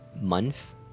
month